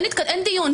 אין דיון.